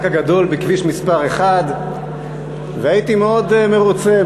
הגדול בכביש 1. והייתי מאוד מרוצה,